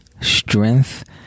Strength